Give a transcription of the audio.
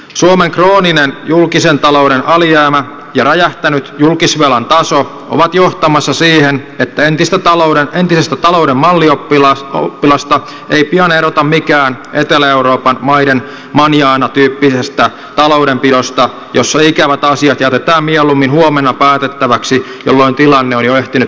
suomen krooninen julkisen talouden alijäämä ja räjähtänyt julkisvelan taso ovat johtamassa siihen että entisen talouden mallioppilaan taloudenpitoa ei pian erota mikään etelä euroopan maiden manana tyyppisestä taloudenpidosta jossa ikävät asiat jätetään mieluummin huomenna päätettäväksi jolloin tilanne on jo ehtinyt kriisiytyä